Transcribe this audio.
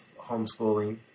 homeschooling